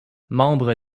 membre